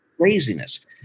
craziness